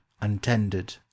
untended